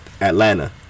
Atlanta